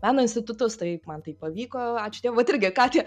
meno institutus tai man tai pavyko ačiū dievui vat irgi ką tie